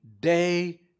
day